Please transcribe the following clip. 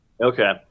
Okay